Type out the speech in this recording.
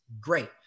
Great